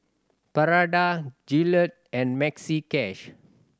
Prada Gillette and Maxi Cash